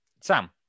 Sam